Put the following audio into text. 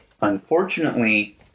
unfortunately